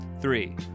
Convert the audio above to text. three